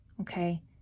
okay